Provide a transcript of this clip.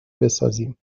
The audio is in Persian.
بسازیم